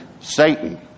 Satan